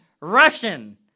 Russian